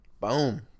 boom